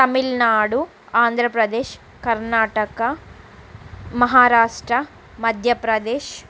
Tamil Nadu Andhra Pradesh Karnataka Maharashtra Madhya Pradesh